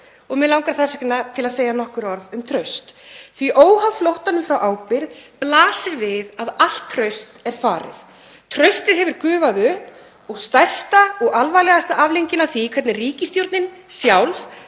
Mig langar þess vegna til að segja nokkur orð um traust því að óháð flóttanum frá ábyrgð blasir við að allt traust er farið. Traustið hefur gufað upp og stærsta og alvarlegasta afleiðingin af því hvernig ríkisstjórnin sjálf